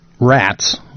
rats